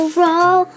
roll